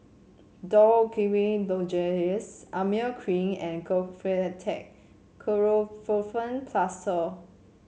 Dorithricin Lozenges Emla Cream and Kefentech Ketoprofen Plaster